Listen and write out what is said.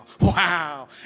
wow